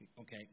Okay